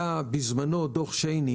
היה בזמנו את דוח שיינין,